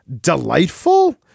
delightful